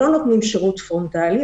לא נותנים שירות פרונטלי,